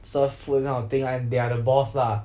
serve food this kind of thing and they are the boss lah